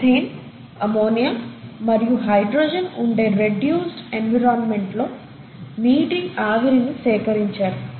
methane ammonia మరియు hydrogen ఉండే reduced environment లో లో నీటి ఆవిరిని సేకరించారు